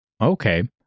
Okay